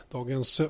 Dagens